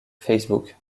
facebook